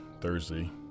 Thursday